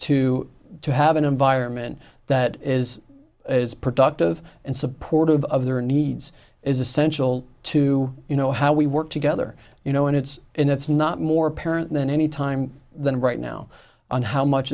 to to have an environment that is as productive and supportive of their needs is essential to you know how we work together you know and it's and it's not more apparent than any time than right now and how much